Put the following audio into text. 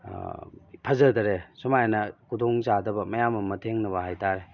ꯐꯖꯗꯔꯦ ꯁꯨꯃꯥꯏꯅ ꯈꯨꯗꯣꯡꯆꯥꯗꯕ ꯃꯌꯥꯝ ꯑꯃ ꯊꯦꯡꯅꯕ ꯍꯥꯏꯇꯥꯔꯦ